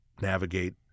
navigate